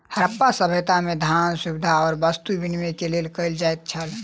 हरप्पा सभ्यता में, धान, सुविधा आ वस्तु विनिमय के लेल कयल जाइत छल